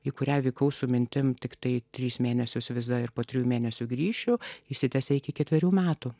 į kurią vykau su mintim tiktai tris mėnesius vizą ir po trijų mėnesių grįšiu išsitęsia iki ketverių metų